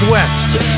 West